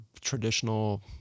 traditional